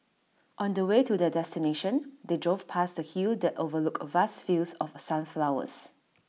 on the way to their destination they drove past A hill that overlooked vast fields of sunflowers